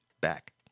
back